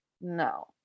No